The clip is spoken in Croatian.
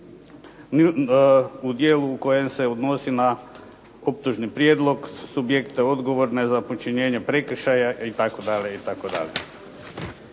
u dijelu u kojem se odnosi na optužni prijedlog, subjekte odgovorne za počinjenje prekršaja i